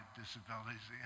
disabilities